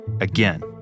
again